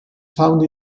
found